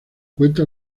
cuenta